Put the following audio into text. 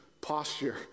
posture